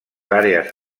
àrees